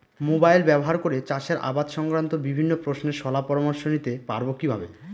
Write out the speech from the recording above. Mobile ব্যাবহার করে চাষের আবাদ সংক্রান্ত বিভিন্ন প্রশ্নের শলা পরামর্শ নিতে পারবো কিভাবে?